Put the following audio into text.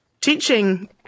teaching